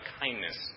kindness